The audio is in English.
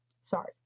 sorry